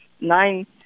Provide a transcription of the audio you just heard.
nine